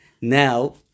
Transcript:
Now